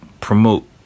promote